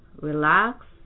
Relax